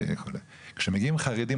כשמגיעים חרדים,